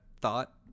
thought